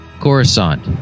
Coruscant